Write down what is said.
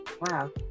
Wow